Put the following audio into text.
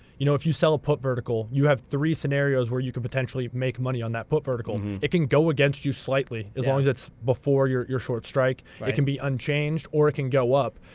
you know if you sell a put vertical, you have three scenarios where you could potentially make money on that put vertical. it can go against you slightly, as long as it's before your your short strike. it can be unchanged, or it can go up.